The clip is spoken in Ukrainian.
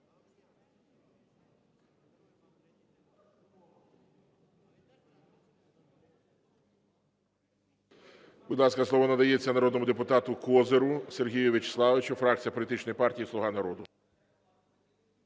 Будь ласка, слово надається народному депутату Козирю Сергію В'ячеславовичу, фракція політичної партії "Слуга народу".